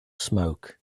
smoke